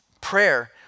prayer